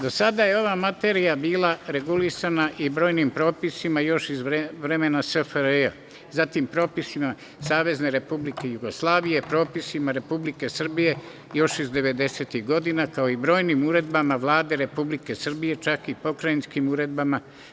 Do sada je ova materija bila regulisana i brojnim propisima još iz vremena SFRJ, zatim propisima SRJ, propisima Republike Srbije još iz 90-tih godina kao i brojnim uredbama Vlade Republike Srbije, čak i pokrajinskim uredbama.